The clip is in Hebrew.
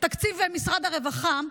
תקציב משרד הרווחה,